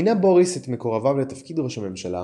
מינה בוריס את מקורביו לתפקיד ראש הממשלה,